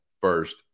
first